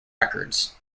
records